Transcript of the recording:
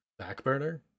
Backburner